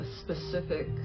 specific